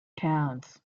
towns